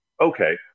Okay